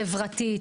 חברתית,